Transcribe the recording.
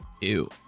Ew